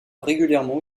régulièrement